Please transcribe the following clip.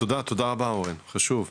תודה, תודה רבה אורן, חשוב.